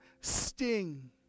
sting